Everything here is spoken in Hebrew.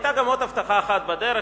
היתה גם עוד הבטחה אחת בדרך,